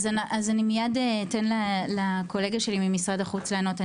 אז אני מייד אתן לקולגה שלי ממשרד החוץ לענות.